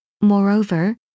Moreover